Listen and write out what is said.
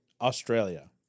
Australia